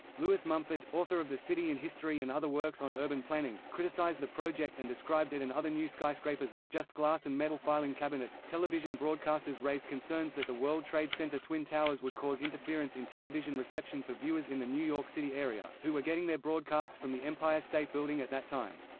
lewis mumford, author of the city in history and other works on urban planning, criticized the project and described it and other new skyscrapers as just glass-and-metal filing cabinets. television broadcasters raised concerns that the world trade center twin towers would cause interference in television reception for viewers in the new york city area, who were getting their broadcasts from the empire state building at that time.